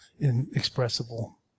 inexpressible